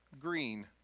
green